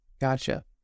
Gotcha